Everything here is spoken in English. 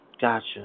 Gotcha